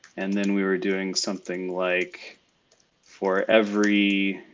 and then we were doing something like for every